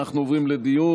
אנחנו עוברים לדיון,